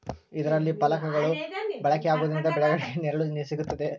ಇದರಲ್ಲಿ ಫಲಕಗಳು ಬಳಕೆ ಆಗುವುದರಿಂದ ಬೆಳೆಗಳಿಗೆ ನೆರಳು ಸಿಗುತ್ತದೆ